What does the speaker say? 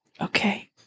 okay